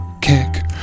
kick